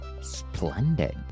Splendid